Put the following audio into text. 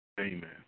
Amen